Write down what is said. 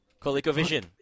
ColecoVision